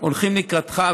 אנחנו הולכים לקראתך,